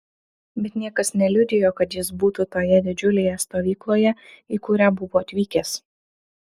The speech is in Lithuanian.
bet niekas neliudijo kad jis būtų toje didžiulėje stovykloje į kurią buvo atvykęs